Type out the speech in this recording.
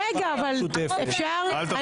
רגע, אפשר?